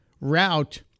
route